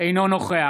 אינו נוכח